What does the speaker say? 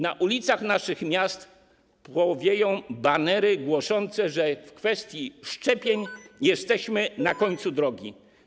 Na ulicach naszych miast płowieją banery głoszące, że w kwestii szczepień jesteśmy na końcu drogi.